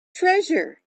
treasure